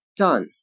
done